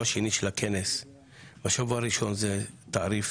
על תעריף